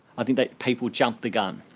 i think that people jumped the gun.